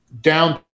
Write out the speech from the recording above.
down